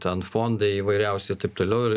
ten fondai įvairiausi i taip toliau ir